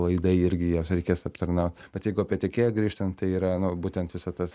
laidai irgi juos reikės aptarnaut bet jeigu apie tiekėją grįžtant tai yra nu būtent visą tas